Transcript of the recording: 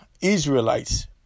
Israelites